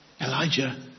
Elijah